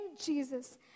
Jesus